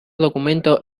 documento